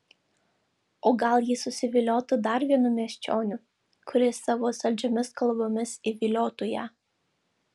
o gal ji susiviliotų dar vienu miesčioniu kuris savo saldžiomis kalbomis įviliotų ją